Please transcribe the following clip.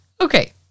Okay